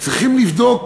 צריכים לבדוק